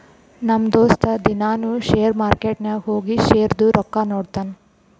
ನಮ್ ದೋಸ್ತ ದಿನಾನೂ ಶೇರ್ ಮಾರ್ಕೆಟ್ ನಾಗ್ ಹೋಗಿ ಶೇರ್ದು ರೊಕ್ಕಾ ನೋಡ್ತಾನ್